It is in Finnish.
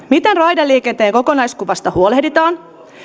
miten raideliikenteen kokonaiskuvasta huolehditaan